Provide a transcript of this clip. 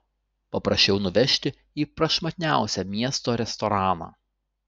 paprašiau nuvežti į prašmatniausią miesto restoraną